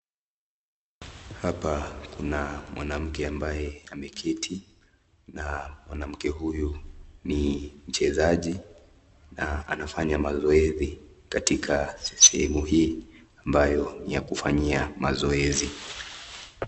Hapa kuna mwanamke ambaye ameketi na mwanamke huyu ni mchezaji na anafanya mazoezi katika sehemu hii ambayo ni ya kufanyia mazoezi.